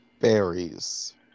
Berries